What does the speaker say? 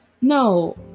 No